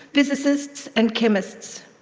physicists andchemists.